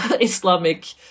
Islamic